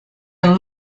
and